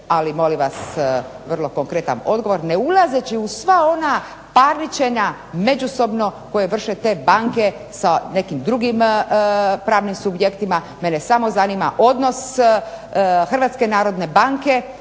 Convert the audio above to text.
ali molim vas vrlo konkretan odgovor, ne ulazeći u sva ona parničenja, međusobno koje vrše te banke sa nekim drugim pravnim subjektima, mene samo zanima odnos Hrvatske narodne banke,